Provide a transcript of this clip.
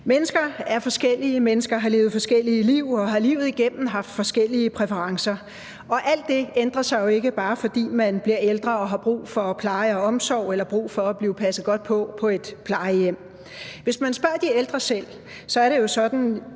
Mennesker er forskellige, mennesker har levet forskellige liv og har livet igennem haft forskellige præferencer. Alt det ændrer sig jo ikke, bare fordi man bliver ældre og har brug for pleje og omsorg eller brug for at blive passet godt på på et plejehjem. Hvis man spørger de ældre selv, er det jo sådan